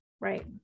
Right